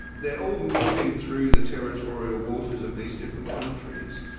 they are all moving through the territorial waters of these different countries.